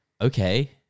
okay-